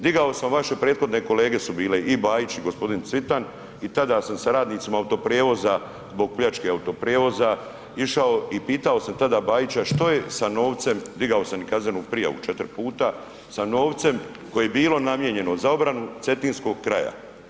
Digao sam vaše prethodne kolege su bile i Bajić i gospodin Cvitan i tada sam sa radnicima Autoprijevoza zbog pljačke Autoprijevoza išao i pitao sam tada Bajića što je sa novcem, digao sam i kaznenu prijavu četiri puta, sa novcem koji je bilo namijenjeno za obranu cetinskog kraja.